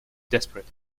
desperate